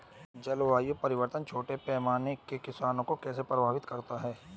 जलवायु परिवर्तन छोटे पैमाने के किसानों को कैसे प्रभावित करता है?